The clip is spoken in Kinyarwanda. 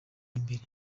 imbere